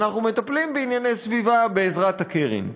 אנחנו מטפלים בענייני הסביבה בעזרת הקרן.